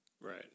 Right